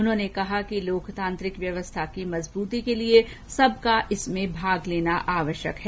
उन्होंने कहा कि लोकतांत्रिक व्यवस्था की मजबूती के लिए सबका इसमें भाग लेना आवश्यक है